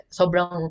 sobrang